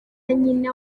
nyina